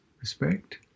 respect